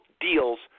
deals